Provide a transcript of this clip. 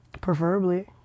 Preferably